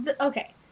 okay